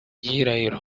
gihirahiro